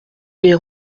les